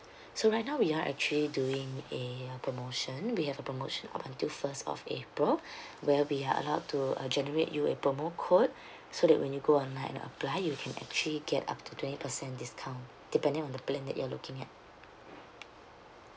so right now we are actually doing a promotion we have a promotion up until first of april where we are allowed to uh generate you a promo code so that when you go online and apply you can actually get up to twenty percent discount depending on the plan that you're looking at